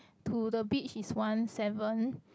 to the beach is one seven